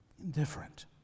indifferent